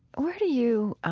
where do you